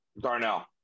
Darnell